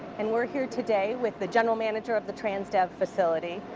and we're here today with the general manager of the transdev facility,